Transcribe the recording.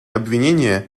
обвинения